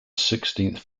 sixteenth